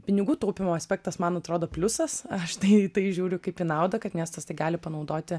pinigų taupymo aspektas man atrodo pliusas aš tai į tai žiūriu kaip į naudą kad miestas tai gali panaudoti